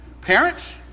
Parents